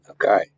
Okay